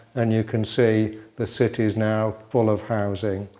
and you can see the city is now full of housing.